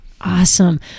Awesome